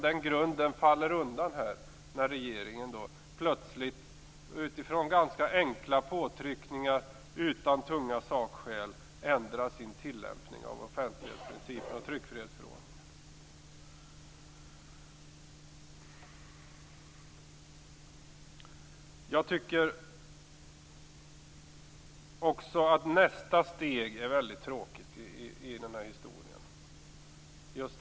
Den grunden faller undan när regeringen plötsligt och efter ganska enkla påtryckningar utan tunga sakskäl ändrar sin tillämpning av offentlighetsprincip och tryckfrihetsförordning. Jag tycker också att nästa steg i den här historien är väldigt tråkigt.